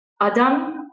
Adam